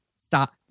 stop